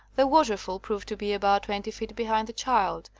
the waterfall proved to be about twenty feet behind the child,